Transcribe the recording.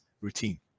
routine